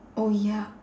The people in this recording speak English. oh ya